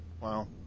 Wow